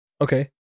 Okay